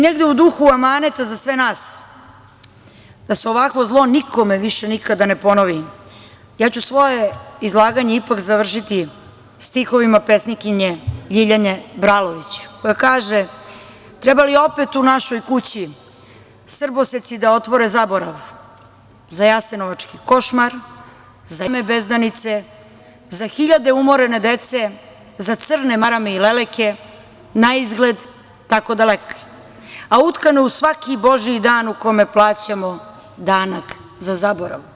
Negde u duhu amaneta za sve nas, da se ovakvo zlo nikada nikome više ne ponovi, svoje izlaganje ću ipak završiti stihovima pesnikinje Ljiljane Bralović, koja kaže: „Treba li opet u našoj kući srboseci da otvore zaborav za jasenovački košmar, za jame bezdanice, za hiljade umorene dece, za crne marame i leleke, naizgled tako dalek, a utkan u svaki božji dan u kome plaćamo danak za zaborav“